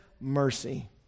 mercy